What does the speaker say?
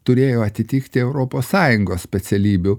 turėjo atitikti europos sąjungos specialybių